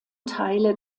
teile